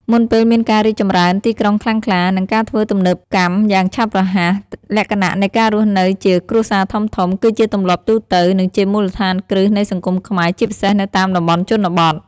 មុនពេលមានការរីកចម្រើនទីក្រុងខ្លាំងក្លា និងការធ្វើទំនើបកម្មយ៉ាងឆាប់រហ័ស លក្ខណៈនៃការរស់នៅជា គ្រួសារធំៗ គឺជាទម្លាប់ទូទៅ និងជាមូលដ្ឋានគ្រឹះនៃសង្គមខ្មែរ ជាពិសេសនៅតាមតំបន់ជនបទ។